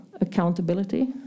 accountability